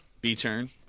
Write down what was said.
B-turn